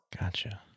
Gotcha